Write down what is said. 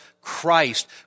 Christ